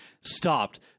stopped